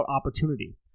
opportunity